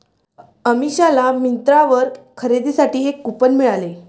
अमिषाला मिंत्रावर खरेदीसाठी एक कूपन मिळाले